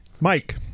Mike